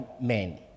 men